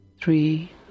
three